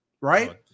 right